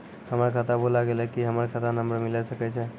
हमर खाता भुला गेलै, की हमर खाता नंबर मिले सकय छै?